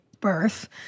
birth